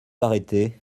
arrêter